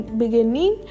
beginning